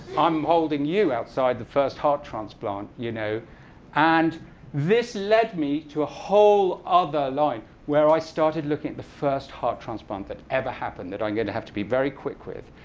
i'm holding you outside the first heart transplant. you know and this led me to a whole other life where i started looking at the first heart transplant that ever happened, that i'm going to have to be very quick with,